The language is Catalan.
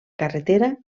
carretera